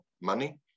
money